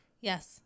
Yes